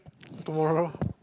tomorrow